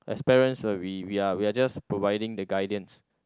as parents are we we are we are just providing the guidance